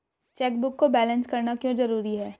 Chequebook को balance करना क्यों जरूरी है?